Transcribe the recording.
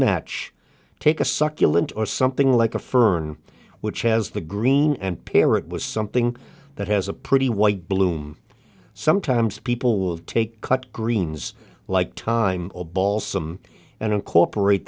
match take a succulent or something like a firm which has the green and pier it was something that has a pretty white bloom sometimes people will take cut greens like time or ball some and incorporate